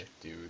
dude